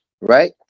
right